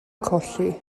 colli